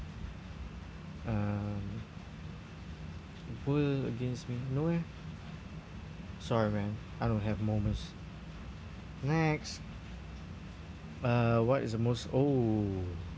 um world against me no eh sorry man I don't have moments next uh what is the most oh